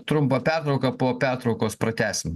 trumpą pertrauką po pertraukos pratęsim